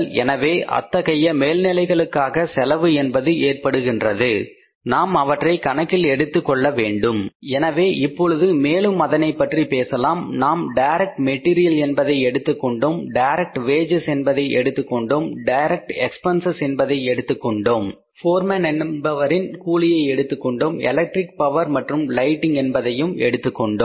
எனவே அத்தகைய மேல்நிலைகளுக்காக செலவு என்பது ஏற்படுகின்றது நாம் அவற்றை கணக்கில் எடுத்துக் கொள்ள வேண்டும் எனவே இப்பொழுது மேலும் அதனை பற்றி பேசலாம் நாம் டைரக்ட் மெட்டீரியல் என்பதை எடுத்துக் கொண்டோம் டைரக்ட் வேஜஸ் என்பதை எடுத்துக் கொண்டோம் டைரக்ட் எக்பென்சஸ் என்பதை எடுத்துக் கொண்டோம் போர்மேன் என்பவரின் கூலியை எடுத்துக்கொண்டோம் எலக்ட்ரிக் பவர் மற்றும் லைட்டிங் என்பதையும் எடுத்துக் கொண்டோம்